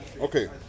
okay